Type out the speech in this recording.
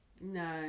No